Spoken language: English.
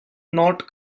not